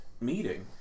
meeting